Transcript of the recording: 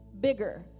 bigger